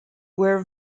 were